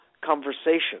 conversation